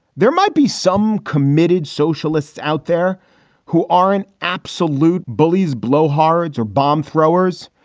there might be some committed socialists out there who aren't absolute bullies, blowhards or bomb throwers.